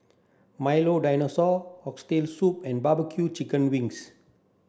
Milo dinosaur oxtail soup and barbecue chicken wings